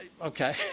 okay